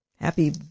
happy